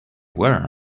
were